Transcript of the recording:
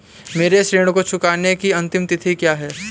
मेरे ऋण को चुकाने की अंतिम तिथि क्या है?